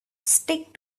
stick